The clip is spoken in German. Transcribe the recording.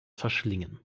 verschlingen